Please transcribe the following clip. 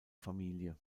familie